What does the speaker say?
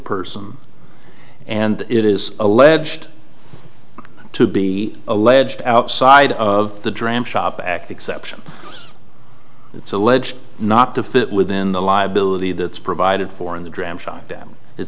person and it is alleged to be alleged outside of the dram shop act exception it's a ledge not to fit within the liability that's provided for in the dram shop damn it